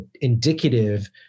indicative